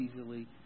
easily